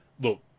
look